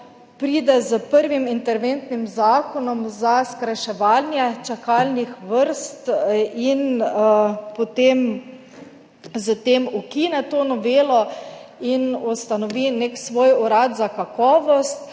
pride s prvim interventnim zakonom za skrajševanje čakalnih vrst in potem s tem ukine to novelo in ustanovi nek svoj urad za kakovost.